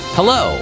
Hello